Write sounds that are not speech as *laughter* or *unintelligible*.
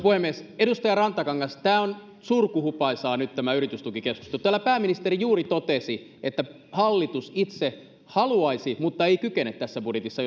*unintelligible* puhemies edustaja rantakangas tämä on surkuhupaisaa nyt tämä yritystukikeskustelu täällä pääministeri juuri totesi että hallitus itse haluaisi mutta ei kykene tässä budjetissa *unintelligible*